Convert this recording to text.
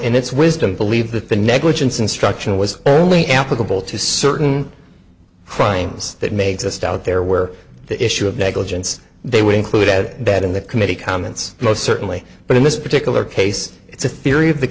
its wisdom believe that the negligence instruction was only applicable to certain crimes that may exist out there where the issue of negligence they were included that in the committee comments most certainly but in this particular case it's a theory of the